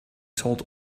told